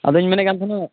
ᱟᱫᱚᱧ ᱢᱮᱱᱮᱫ ᱠᱟᱱ ᱛᱟᱦᱮᱱᱟ